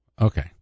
Okay